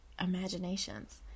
imaginations